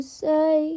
say